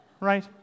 Right